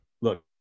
look